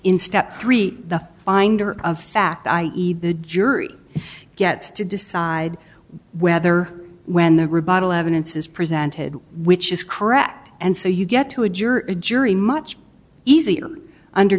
step three the finder of fact i eat the jury gets to decide whether when the rebuttal evidence is presented which is correct and so you get to a jury jury much easier under